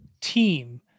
team